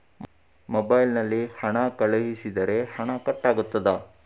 Mobile ನಲ್ಲಿ ಹಣ ಕಳುಹಿಸಿದರೆ ಹಣ ಕಟ್ ಆಗುತ್ತದಾ?